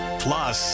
plus